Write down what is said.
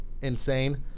insane